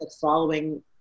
following